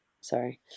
Sorry